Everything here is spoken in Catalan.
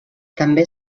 també